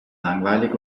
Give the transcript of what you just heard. langweilig